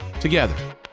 together